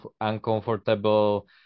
uncomfortable